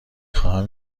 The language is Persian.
خواهم